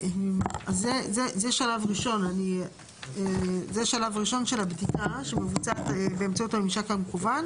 זה שלב ראשון של הבדיקה שמבוצעת באמצעות הממשק המקוון.